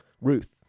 Ruth